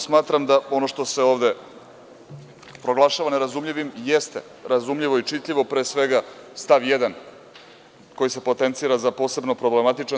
Smatram da ono što se ovde proglašava nerazumljivim jeste razumljivo i čitljivo, pre svega stav 1. koji se potencira za posebno problematičan.